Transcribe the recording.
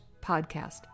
podcast